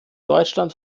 deutschland